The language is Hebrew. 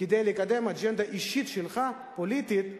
כדי לקדם אג'נדה אישית שלך, פוליטית,